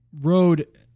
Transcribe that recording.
road